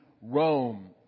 Rome